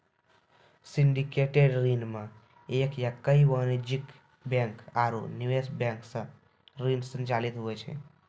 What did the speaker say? syndicated ऋण मे एक या कई वाणिज्यिक बैंक आरू निवेश बैंक सं ऋण संचालित हुवै छै